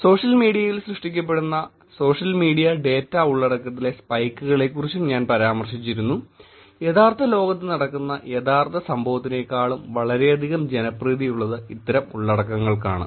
social മീഡിയയിൽ സൃഷ്ടിക്കപ്പെടുന്ന social media data ഉള്ളടക്കത്തിലെ സ്പൈക്കുകളെക്കുറിച്ചും ഞാൻ പരാമർശിച്ചിരുന്നു യഥാർത്ഥ ലോകത്ത് നടക്കുന്ന യഥാർത്ഥ സംഭവത്തിനേക്കാളും വളരെയധികം ജനപ്രീതിയുള്ളത് ഇത്തരം ഉള്ളടക്കങ്ങൾക്കാണ്